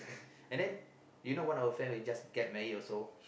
and then you know one of friend just get married also